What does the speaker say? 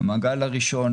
מעגל ראשון,